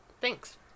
Thanks